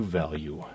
value